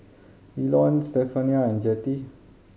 Elon Stephania and Jettie